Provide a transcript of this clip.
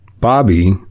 bobby